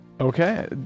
Okay